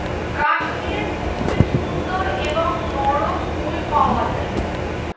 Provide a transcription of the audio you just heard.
কাশ্মীরে খুবই সুন্দর এবং নরম উল পাওয়া যায়